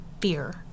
fear